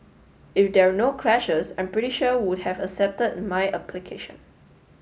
if there no clashes I'm pretty sure would have accepted my application